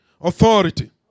Authority